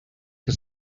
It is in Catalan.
que